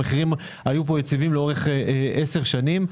המחירים היו יציבים לאורך עשר שנים.